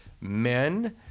men